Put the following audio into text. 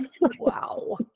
wow